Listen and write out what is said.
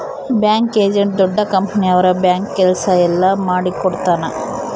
bank agent ದೊಡ್ಡ company ಅವ್ರ bank ಕೆಲ್ಸ ಎಲ್ಲ ಮಾಡಿಕೊಡ್ತನ